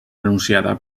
anunciada